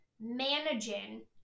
managing